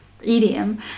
idiom